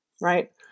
Right